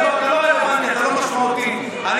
אתה לא רלוונטי, אתה לא משמעותי.